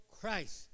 Christ